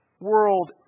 world